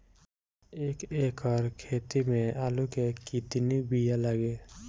एक एकड़ खेती में आलू के कितनी विया लागी?